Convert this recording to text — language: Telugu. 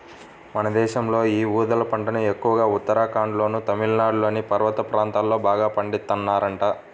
మన దేశంలో యీ ఊదల పంటను ఎక్కువగా ఉత్తరాఖండ్లోనూ, తమిళనాడులోని పర్వత ప్రాంతాల్లో బాగా పండిత్తన్నారంట